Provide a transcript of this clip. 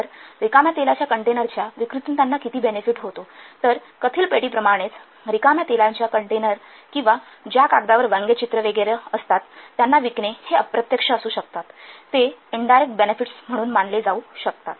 तर रिकाम्या तेलाच्या कंटेनरच्या विक्रीतून त्यांना किती बेनेफिट होतो तर कथील पेटींप्रमाणेच रिकाम्या तेलाच्या कंटेनर किंवा ज्या कागदावर व्यंगचित्र वगैरे असतात त्यांना विकणे हे अप्रत्यक्ष असू शकतात ते इनडायरेक्ट बेनेफिट्स मानले जाऊ शकतात